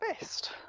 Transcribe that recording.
best